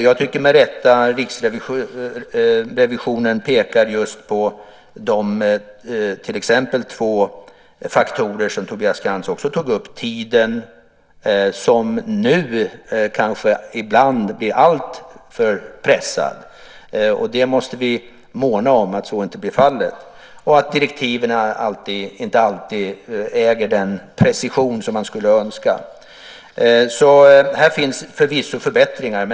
Jag tycker att Riksrevisionen med rätta pekar till exempel på två faktorer som Tobias Krantz också tog upp, nämligen att tiden ibland kanske blir alltför pressad - vi måste måna om att så inte blir fallet - och att direktiven inte alltid äger den precision som man skulle önska. Här finns förvisso förbättringar att göra.